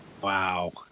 wow